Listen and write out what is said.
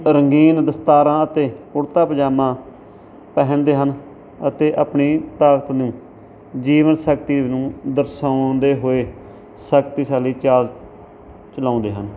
ਰੰਗੀਨ ਦਸਤਾਰਾਂ ਅਤੇ ਕੁੜਤਾ ਪਜਾਮਾ ਪਹਿਨਦੇ ਹਨ ਅਤੇ ਆਪਣੀ ਤਾਕਤ ਨੂੰ ਜੀਵਨ ਸ਼ਕਤੀ ਨੂੰ ਦਰਸਾਉਂਦੇ ਹੋਏ ਸ਼ਕਤੀਸਾਲੀ ਚਾਲ ਚਲਾਉਂਦੇ ਹਨ